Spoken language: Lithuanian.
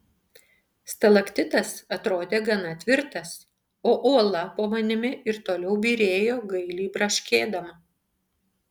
stalaktitas atrodė gana tvirtas o uola po manimi ir toliau byrėjo gailiai braškėdama